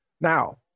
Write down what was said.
now